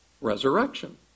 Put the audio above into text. resurrection